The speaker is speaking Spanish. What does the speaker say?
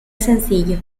sencillo